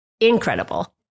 incredible